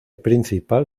principal